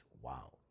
Wow